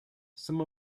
some